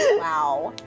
ah wow.